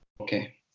okay